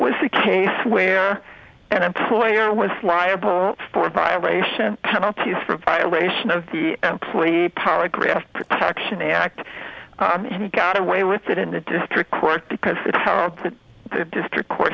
was the case where an employer was liable for vibration penalties for violation of the employee paragraph protection act he got away with it in the district court because it's how the district court